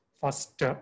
first